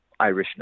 Irishness